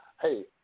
Hey